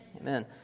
Amen